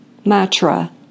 matra